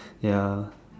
ya